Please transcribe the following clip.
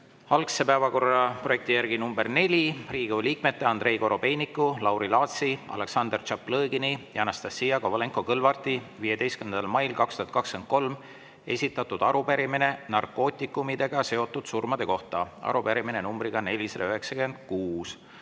Algse päevakorraprojekti järgi [päevakorrapunkt] nr 4: Riigikogu liikmete Andrei Korobeiniku, Lauri Laatsi, Aleksandr Tšaplõgini ja Anastassia Kovalenko-Kõlvarti 15. mail 2023 esitatud arupärimine narkootikumidega seotud surmade kohta, arupärimine numbriga 496.